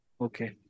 Okay